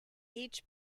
each